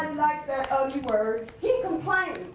um likes that ugly word, he complained.